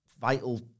vital